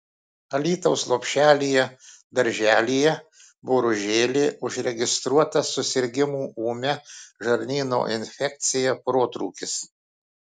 alytaus lopšelyje darželyje boružėlė užregistruotas susirgimų ūmia žarnyno infekcija protrūkis